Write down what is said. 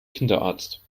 kinderarzt